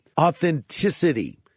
authenticity